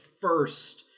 first